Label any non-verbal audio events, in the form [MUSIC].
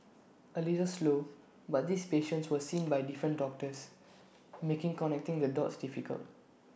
A little slow but these patients were seen [NOISE] by different doctors making connecting the dots difficult